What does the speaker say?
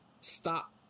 stop